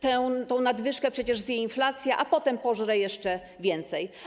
Tę nadwyżkę przecież zje inflacja, a potem pożre ona jeszcze więcej.